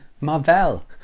Marvel